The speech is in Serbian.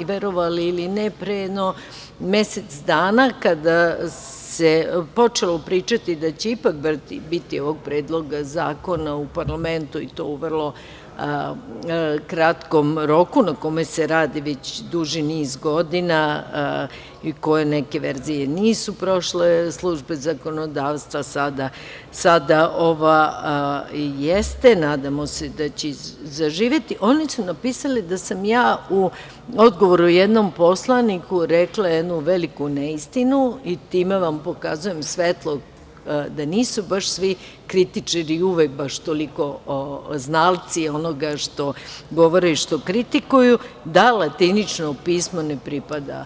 Verovali ili ne, pre jedno mesec dana, kada se počelo pričati da će ipak biti ovog predloga zakona u parlamentu i to u vrlo kratkom roku, na kome se radi već duži niz godina i koje neke verzije nisu prošle službe zakonodavstva, sada ova jeste, nadamo se da će zaživeti, oni su napisali da sam ja u odgovoru jednom poslaniku rekla jednu veliku neistinu i time vam pokazujem svetlo da nisu baš svi kritičari uvek baš toliko znalci onoga što govore i što kritikuju, da latinično pismo ne pripada